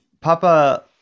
Papa